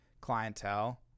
clientele